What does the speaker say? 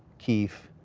keefe,